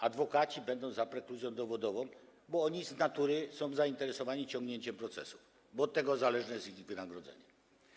Adwokaci będą za prekluzją dowodową, bo oni z natury są zainteresowani przeciąganiem procesów, bo od tego zależy ich wynagrodzenie.